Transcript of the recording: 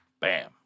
Bam